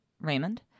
Raymond